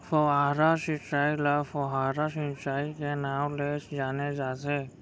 फव्हारा सिंचई ल फोहारा सिंचई के नाँव ले जाने जाथे